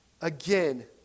again